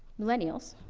millennials,